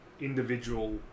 Individual